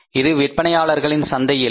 இது விற்பனையாளர்களின் சந்தை இல்லை